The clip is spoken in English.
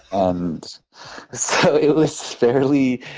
and so it was fairly